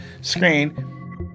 screen